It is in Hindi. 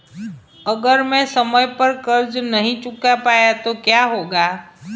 अगर मैं समय पर कर्ज़ नहीं चुका पाया तो क्या होगा?